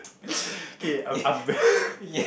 okay I'm I'm